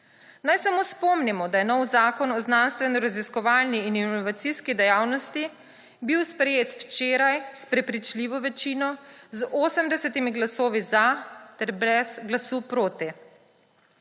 Naj samo spomnimo, da je bil nov Zakon o znanstvenoraziskovalni in inovacijski dejavnosti sprejet včeraj s prepričljivo večino, z 80 glasovi za ter brez glasu proti.